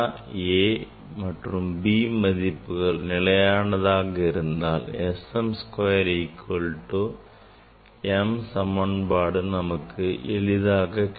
b மதிப்புகள் நிலையானதாக இருப்பதால் S m square equal to m சமன்பாடு நமக்கு எளிதாக கிடைக்கும்